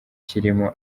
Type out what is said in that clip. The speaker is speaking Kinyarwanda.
kirimo